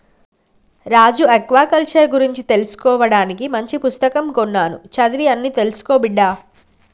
రాజు aquaculture గురించి తెలుసుకోవానికి మంచి పుస్తకం కొన్నాను చదివి అన్ని తెలుసుకో బిడ్డా